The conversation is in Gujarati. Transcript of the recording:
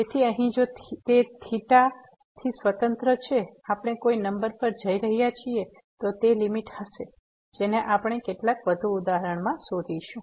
તેથી અહીં જો તે થિટા થી સ્વતંત્ર છે આપણે કોઈ નંબર પર જઈ રહ્યા છીએ તો તે લીમીટ હશે જેને આપણે કેટલાક વધુ ઉદાહરણમાં શોધીશું